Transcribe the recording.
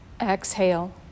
Exhale